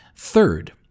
Third